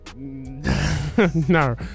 No